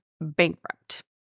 bankrupt